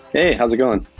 hey, how is it going?